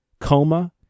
coma